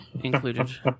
Included